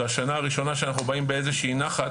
זוהי השנה הראשונה שאנחנו באים באיזושהי נחת,